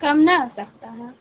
کم نہ ہو سکتا ہے